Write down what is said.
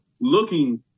looking